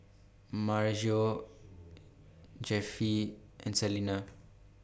Maryjo Jeffie and Salina